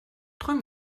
träum